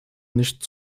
nicht